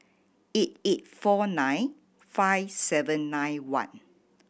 eight eight four nine five seven nine one